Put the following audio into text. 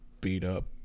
beat-up